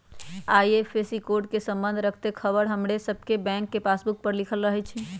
IFSC code से संबंध रखैत ख़बर हमर सभके बैंक के पासबुक पर लिखल रहै छइ